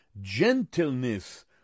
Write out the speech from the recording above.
gentleness